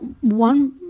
one